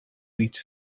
reach